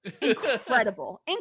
Incredible